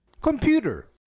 Computer